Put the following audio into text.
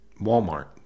Walmart